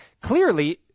Clearly